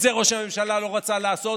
את זה ראש הממשלה לא רצה לעשות,